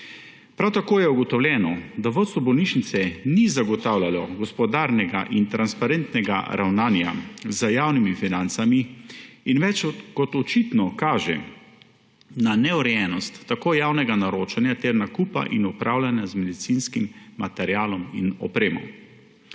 Prav tako je ugotovljeno, da vodstvo bolnišnice ni zagotavljalo gospodarnega in transparentnega ravnanja z javnimi financami in več kot očitno kaže na neurejenost tako javnega naročanja ter nakupa in upravljanja z medicinskim materialom in opremo.